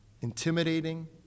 intimidating